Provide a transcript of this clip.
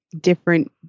different